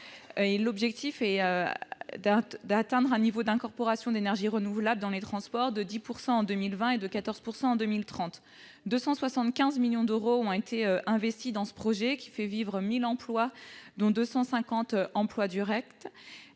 l'objectif est d'atteindre un niveau d'incorporation d'énergies renouvelables dans les transports de 10 % en 2020 et de 14 % en 2030. Une somme de 275 millions d'euros a été investie dans ce projet et 1 000 emplois, dont 250 emplois directs,